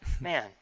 man